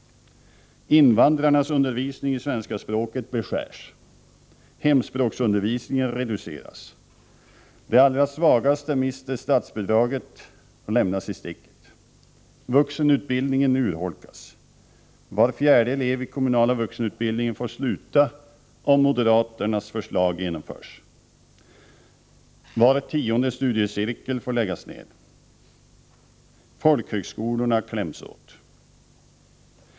Invandrarnas undervisning i svenska språket beskärs. Hemspråksundervisningen reduceras. De allra svagaste mister statsbidraget. De lämnas i sticket. Vuxenutbildningen urholkas. Var fjärde elev i kommunala vuxenutbildningen får sluta om moderaternas förslag genomförs. Var tionde studiecirkel får läggas ned. Folkhögskolorna kläms åt.